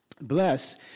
Bless